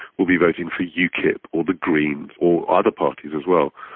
will be voting for ukip or the greens or other parties as well,